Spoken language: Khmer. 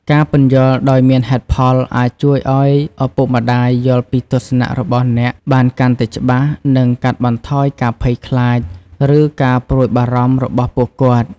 ការពន្យល់ដោយមានហេតុផល អាចជួយឲ្យឪពុកម្ដាយយល់ពីទស្សនៈរបស់អ្នកបានកាន់តែច្បាស់ និងកាត់បន្ថយការភ័យខ្លាច ឬការព្រួយបារម្ភរបស់ពួកគាត់។